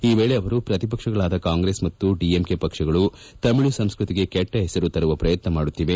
ಈ ವೇಳೆ ಅವರು ಪ್ರತಿಪಕ್ಷಗಳಾದ ಕಾಂಗ್ರೆಸ್ ಮತ್ತು ಡಿಎಂಕೆ ಪಕ್ಷಗಳು ತಮಿಳು ಸಂಸ್ಕತಿಗೆ ಕೆಟ್ಟ ಹೆಸರು ತರುವ ಪ್ರಯತ್ನ ಮಾಡುತ್ತಿದೆ